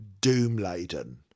doom-laden